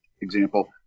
example